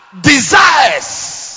desires